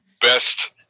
best